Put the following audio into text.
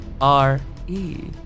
R-E